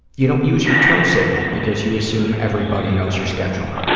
you don't use your turn signal because you assume everybody knows your schedule.